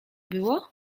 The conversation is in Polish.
było